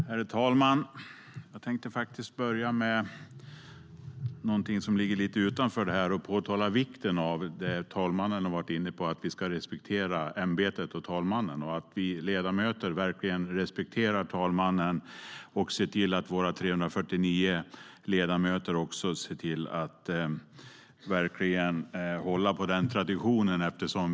STYLEREF Kantrubrik \* MERGEFORMAT Areella näringar, landsbygd och livsmedelHerr talman! Jag tänkte börja med något som ligger lite utanför dagens ämne genom att framhålla vikten av de frågor talmannen har varit inne på, nämligen att vi ska respektera talmansämbetet. Vi ledamöter ska respektera talmansämbetet, och vi 349 ledamöter ska verkligen hålla på den traditionen.